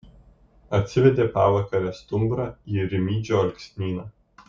atsivedė pavakare stumbrą į rimydžio alksnyną